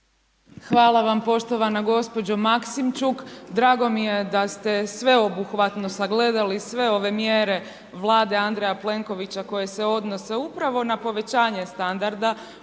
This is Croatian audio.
Hvala vam poštovana gospođo Maksimčuk. Drago mi je da ste sveobuhvatno sagledali sve ove mjere Vlade Andreja Plenkovića koje se odnose upravo na povećanje standarda